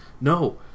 no